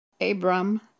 Abram